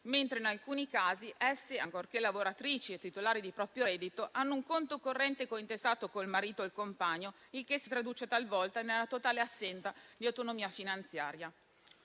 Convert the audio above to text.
mentre in alcuni casi, ancorché lavoratrici e titolari di reddito proprio, hanno un conto corrente cointestato col marito o il compagno, il che si traduce talvolta nella totale assenza di autonomia finanziaria.